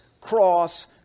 cross